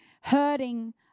hurting